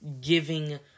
giving